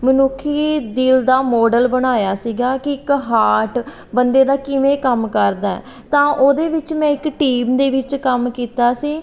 ਮਨੁੱਖੀ ਦਿਲ ਦਾ ਮੋਡਲ ਬਣਾਇਆ ਸੀਗਾ ਕੀ ਇੱਕ ਹਾਰਟ ਬੰਦੇ ਦਾ ਕਿਵੇਂ ਕੰਮ ਕਰਦਾ ਤਾਂ ਉਹਦੇ ਵਿੱਚ ਮੈਂ ਇੱਕ ਟੀਮ ਦੇ ਵਿੱਚ ਕੰਮ ਕੀਤਾ ਸੀ